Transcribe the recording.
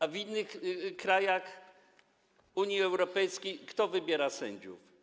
A w innych krajach Unii Europejskiej kto wybiera sędziów?